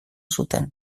zuten